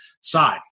side